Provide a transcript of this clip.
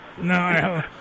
No